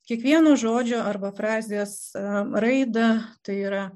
kiekvieno žodžio arba frazės raidą tai yra